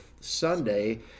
sunday